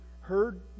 heard